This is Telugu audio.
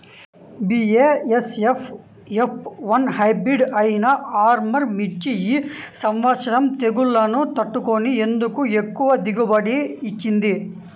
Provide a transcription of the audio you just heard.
బీ.ఏ.ఎస్.ఎఫ్ ఎఫ్ వన్ హైబ్రిడ్ అయినా ఆర్ముర్ మిర్చి ఈ సంవత్సరం తెగుళ్లును తట్టుకొని ఎందుకు ఎక్కువ దిగుబడి ఇచ్చింది?